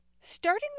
Starting